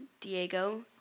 Diego